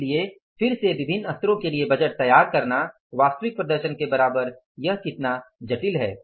इसलिए फिर से विभिन्न स्तरों के लिए बजट तैयार करना वास्तविक प्रदर्शन के बराबर यह कितना जटिल है